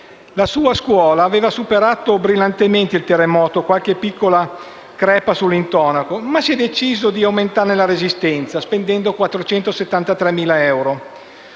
La scuola aveva superato brillantemente il terremoto, con qualche piccola crepa sull'intonaco, ma si è deciso di aumentarne la resistenza, spendendo 473.000 euro.